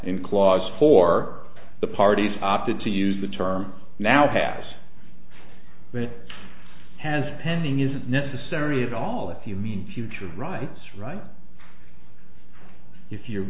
in clause for the parties opted to use the term now has but it has pending isn't necessary at all if you mean future rights right if you're